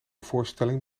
voorstelling